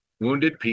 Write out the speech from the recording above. wounded